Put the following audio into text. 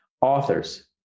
authors